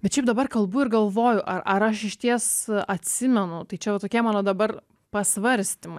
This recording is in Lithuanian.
bet šiaip dabar kalbu ir galvoju ar ar aš išties atsimenu tai čia jau tokie mano dabar pasvarstymai